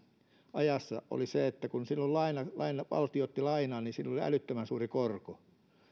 ajassa oli se että kun silloin valtio otti lainaa niin sillä oli älyttömän suuri korko